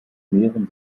mehren